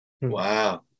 Wow